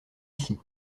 ici